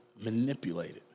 manipulated